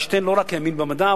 איינשטיין לא רק האמין במדע,